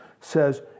says